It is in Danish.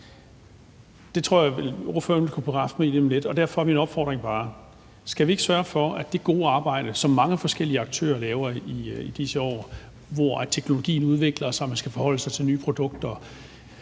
Det tror jeg at ordføreren vil kunne bekræfte mig i lige om lidt, og derfor er min opfordring bare: Skal vi ikke sørge for, at vi med hensyn til det gode arbejde, som mange forskellige aktører gør i disse år, hvor teknologien udvikler sig og man skal forholde sig til nye produkter,